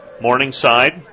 Morningside